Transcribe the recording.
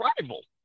rival